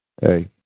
Hey